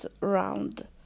round